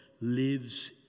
lives